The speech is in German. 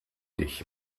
dich